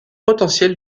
potentiel